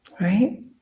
right